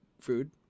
food